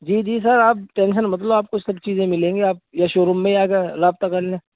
جی جی سر آپ ٹینشن مت لو آپ کو سب چیزیں ملیں گی آپ یا شو روم میں ہی آ کے رابطہ کر لیں